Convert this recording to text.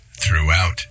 throughout